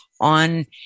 on